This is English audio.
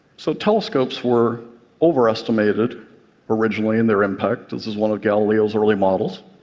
so telescopes were overestimated originally in their impact. this is one of galileo's early models.